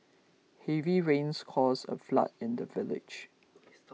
heavy rains caused a flood in the village